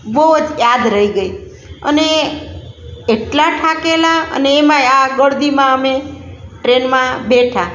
બહુ જ યાદ રહી ગઈ અને એટલાં થાકેલાં અને એમાંય આ ગીરદીમાં અમે ટ્રેનમાં બેઠાં